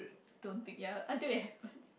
don't think ya until it happens